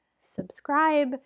subscribe